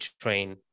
train